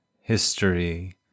history